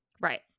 right